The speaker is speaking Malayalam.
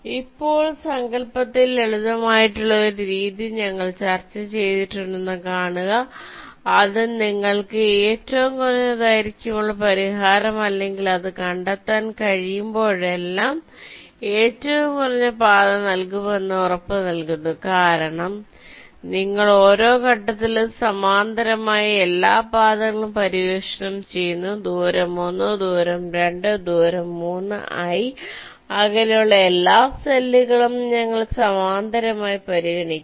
ഇപ്പോൾ സങ്കൽപ്പത്തിൽ ലളിതമായിട്ടുള്ള ഒരു രീതി ഞങ്ങൾ ചർച്ച ചെയ്തിട്ടുണ്ടെന്ന് കാണുക അത് നിങ്ങൾക്ക് ഏറ്റവും കുറഞ്ഞ ദൈർഘ്യമുള്ള പരിഹാരം അല്ലെങ്കിൽ അത് കണ്ടെത്താൻ കഴിയുമ്പോഴെല്ലാം ഏറ്റവും കുറഞ്ഞ പാത നൽകുമെന്ന് ഉറപ്പ് നൽകുന്നു കാരണം നിങ്ങൾ ഓരോ ഘട്ടത്തിലും സമാന്തരമായി എല്ലാ പാതകളും പര്യവേക്ഷണം ചെയ്യുന്നു ദൂരം 1 ദൂരം 2 ദൂരം 3 i അകലെയുള്ള എല്ലാ സെല്ലുകളും ഞങ്ങൾ സമാന്തരമായി പരിഗണിക്കുന്നു